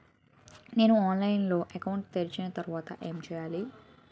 నేను ఆన్లైన్ లో అకౌంట్ తెరిచిన తర్వాత ఏం చేయాలి?